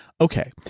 Okay